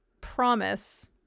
promise